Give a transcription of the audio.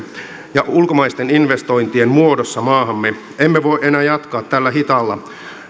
ja ulkomaisten investointien muodossa maahamme emme voi enää jatkaa tällä hitaalla